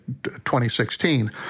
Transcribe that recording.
2016